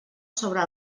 sobre